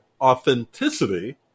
authenticity